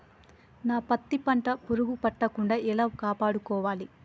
నా పత్తి పంట పురుగు పట్టకుండా ఎలా కాపాడుకోవాలి?